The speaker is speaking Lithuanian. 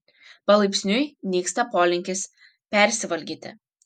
palaipsniui nyksta polinkis persivalgyti